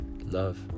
love